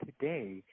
today